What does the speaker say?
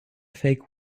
fake